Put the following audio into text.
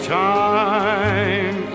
time